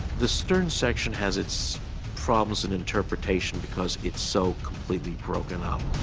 the stern section has its problems and interpretation because it's so completely broken up.